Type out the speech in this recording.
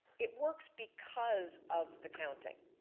it works because of the counting